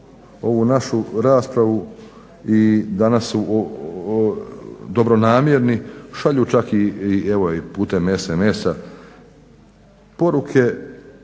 ovu našu raspravu i danas su dobronamjerni šalju čak i evo putem sms-a poruke,